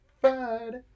Friday